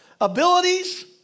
abilities